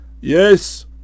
Yes